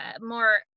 more